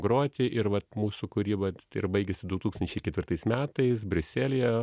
groti ir vat mūsų kūryba ir baigėsi du tūkstančiai ketvirtais metais briuselyje